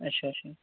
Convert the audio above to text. اَچھا اَچھا